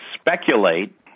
speculate